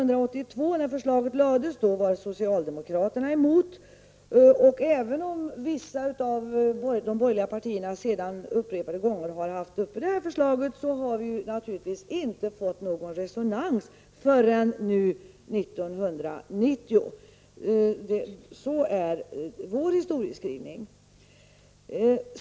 När förslaget lades 1982 var socialdemokraterna emot det. Även om vissa av de borgerliga partierna sedan dess vid upprepade tillfällen har lagt fram förslaget har de naturligtvis inte fått någon respons förrän nu 1990. Så är vår historieskrivning.